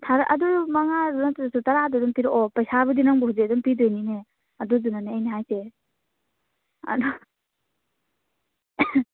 ꯑꯗꯨ ꯃꯉꯥꯗꯨ ꯅꯠꯇ꯭ꯔꯁꯨ ꯇꯔꯥꯗꯨ ꯑꯗꯨꯝ ꯄꯤꯔꯛꯑꯣ ꯄꯩꯁꯥꯕꯨꯗꯤ ꯅꯪꯕꯨ ꯍꯧꯖꯤꯛ ꯑꯗꯨꯝ ꯄꯤꯗꯣꯏꯅꯤꯅꯦ ꯑꯗꯨꯗꯨꯅꯅꯦ ꯑꯩꯅ ꯍꯥꯏꯁꯦ ꯑꯗ